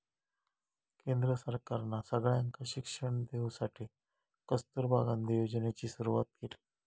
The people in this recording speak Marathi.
केंद्र सरकारना सगळ्यांका शिक्षण देवसाठी कस्तूरबा गांधी योजनेची सुरवात केली